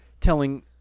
telling